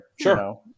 Sure